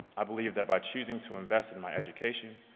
i believe that by choosing to invest in my education,